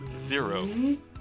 Zero